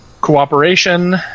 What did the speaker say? cooperation